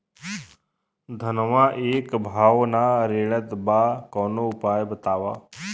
धनवा एक भाव ना रेड़त बा कवनो उपाय बतावा?